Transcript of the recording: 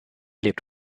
lebt